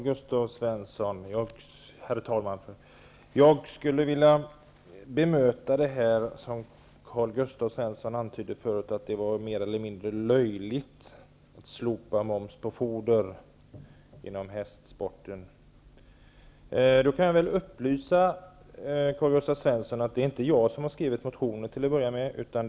Herr talman! Jag skulle vilja bemöta det som Karl Gösta Svenson antydde förut om att det var mer eller mindre löjligt att slopa moms på foder inom hästsporten. Jag kan upplysa Karl-Gösta Svenson om att det inte är jag som har skrivit motionen.